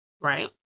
right